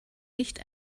nicht